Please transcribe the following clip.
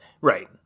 Right